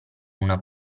una